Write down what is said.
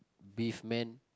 beef man